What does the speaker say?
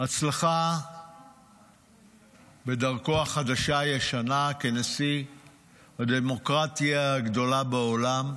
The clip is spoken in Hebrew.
הצלחה בדרכו החדשה הישנה כנשיא הדמוקרטיה הגדולה בעולם,